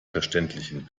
verständlichen